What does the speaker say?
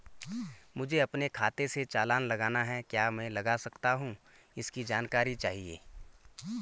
मुझे अपने खाते से चालान लगाना है क्या मैं लगा सकता हूँ इसकी जानकारी चाहिए?